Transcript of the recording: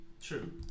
True